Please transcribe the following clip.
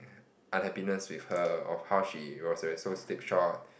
unhappiness with her of how she was always so slipshod